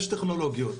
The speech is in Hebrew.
יש טכנולוגיות,